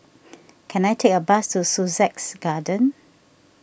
can I take a bus to Sussex Garden